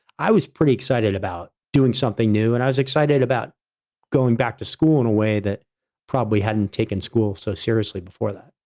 i was pretty excited about doing something new and i was excited about going back to school in a way that probably hadn't taken school so seriously before that.